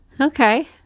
okay